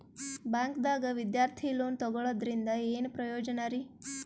ಬ್ಯಾಂಕ್ದಾಗ ವಿದ್ಯಾರ್ಥಿ ಲೋನ್ ತೊಗೊಳದ್ರಿಂದ ಏನ್ ಪ್ರಯೋಜನ ರಿ?